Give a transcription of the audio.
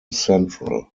central